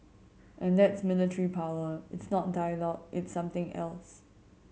and that's military power it's not dialogue it's something else